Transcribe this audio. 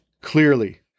Clearly